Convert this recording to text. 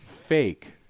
fake